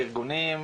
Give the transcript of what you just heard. ארגונים,